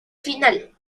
final